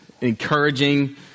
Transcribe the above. encouraging